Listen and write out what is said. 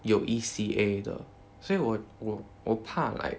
有 E_C_A 的所以我我怕 like